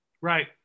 Right